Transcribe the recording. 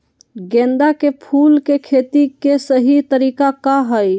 गेंदा के फूल के खेती के सही तरीका का हाई?